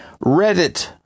Reddit